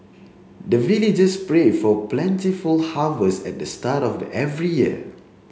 the villagers pray for plentiful harvest at the start of every year